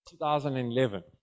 2011